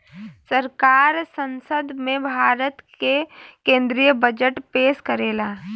सरकार संसद में भारत के केद्रीय बजट पेस करेला